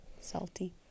Salty